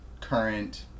current